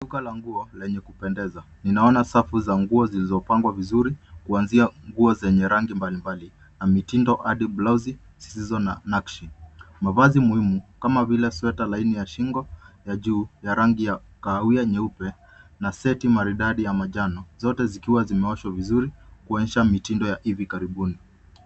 Duka la nguo lenye kupendeza. Nona safu za nguo zilizopangwa vizuri kuanzi nguo zenye rangi mbalimbali na mitindo adi blauzi zisizo na nakshi. Mavazi muhimu kama vile sweta laini ya shingo ya juu ya rangi ya kahawia nyeupe na seti maridadi ya manjano zote zikiwa zimeoshwa vizuri kuonyesha mitindo ya hivi karibuni.